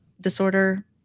disorder